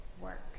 work